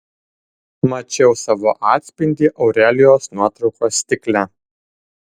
mačiau savo atspindį aurelijos nuotraukos stikle